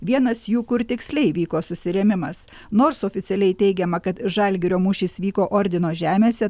vienas jų kur tiksliai vyko susirėmimas nors oficialiai teigiama kad žalgirio mūšis vyko ordino žemėse